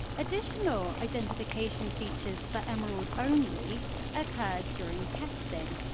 additional identification features for emerald only occurs during testing,